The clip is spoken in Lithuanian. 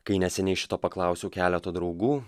kai neseniai šito paklausiau keleto draugų